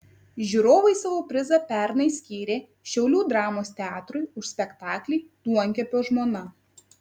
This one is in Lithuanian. žiūrovai savo prizą pernai skyrė šiaulių dramos teatrui už spektaklį duonkepio žmona